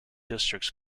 districts